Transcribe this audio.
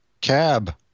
Cab